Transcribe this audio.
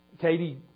Katie